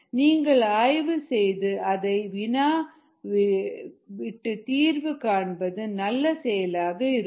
நீங்கள் ஆய்வு செய்து அதை வினா விட்டு தீர்வு காண்பது நல்ல செயலாக இருக்கும்